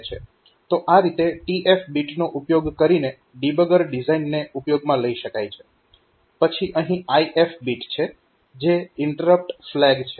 તો આ રીતે TF બિટનો ઉપયોગ કરીને ડીબગર ડિઝાઇનને ઉપયોગમાં લઈ શકાય છે પછી અહીં IF બીટ છે જે ઇન્ટરપ્ટ ફ્લેગ છે